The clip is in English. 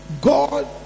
God